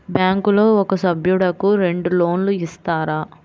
బ్యాంకులో ఒక సభ్యుడకు రెండు లోన్లు ఇస్తారా?